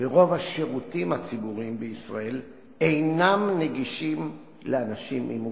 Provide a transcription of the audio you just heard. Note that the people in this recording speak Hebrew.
ורוב השירותים הציבוריים בישראל אינם נגישים לאנשים עם מוגבלויות.